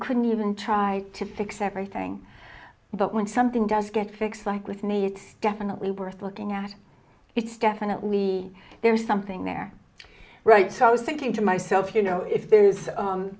couldn't even try to fix everything but when something does get fixed like with me it's definitely worth looking at it's definitely there's something there right so i was thinking to myself you know if there